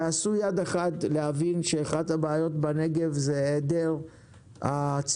שעשו יד אחת להבין שאחת הבעיות בנגב היא היעדר הצמיחה,